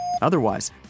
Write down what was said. Otherwise